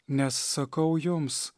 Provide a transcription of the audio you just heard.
nes sakau jums